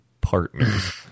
Partners